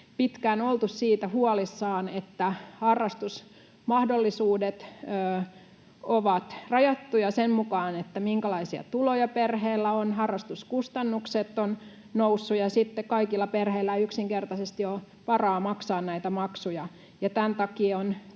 pitkään oltu siitä huolissamme, että harrastusmahdollisuudet ovat rajattuja sen mukaan, minkälaisia tuloja perheellä on, harrastuskustannukset ovat nousseet ja kaikilla perheillä ei yksinkertaisesti ole varaa maksaa näitä maksuja. Tämän takia on